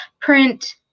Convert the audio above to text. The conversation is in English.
print